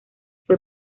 fue